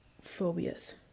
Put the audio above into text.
phobias